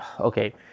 okay